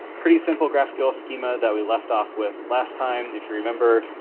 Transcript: pretty simple graphql schema that we left off with last time. if you remember,